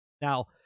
Now